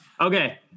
Okay